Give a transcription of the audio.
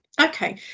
Okay